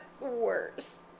worse